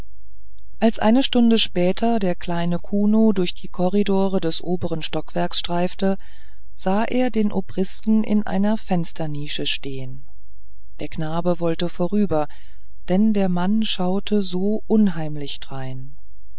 als eine stunde später der kleine kuno durch die korridore des oberen stockwerks streifte sah er den obristen in einer fensternische stehen der knabe wollte vorüber denn der mann schaute so unheimlich drein